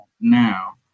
now